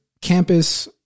campus